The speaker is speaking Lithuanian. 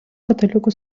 katalikų